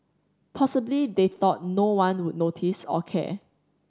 possibly they thought no one would notice or care